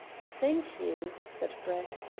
thank you, said brett.